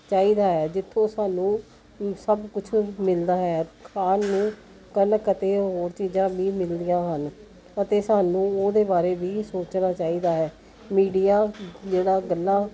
ਚਾਹੀਦਾ ਹੈ ਜਿੱਥੋਂ ਸਾਨੂੰ ਸਭ ਕੁਛ ਮਿਲਦਾ ਹੈ ਖਾਣ ਨੂੰ ਕਣਕ ਅਤੇ ਹੋਰ ਚੀਜ਼ਾਂ ਵੀ ਮਿਲਦੀਆਂ ਹਨ ਅਤੇ ਸਾਨੂੰ ਉਹਦੇ ਬਾਰੇ ਵੀ ਸੋਚਣਾ ਚਾਹੀਦਾ ਹੈ ਮੀਡੀਆ ਜਿਹੜਾ ਗੱਲਾਂ